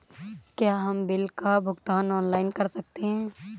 क्या हम बिल का भुगतान ऑनलाइन कर सकते हैं?